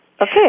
Okay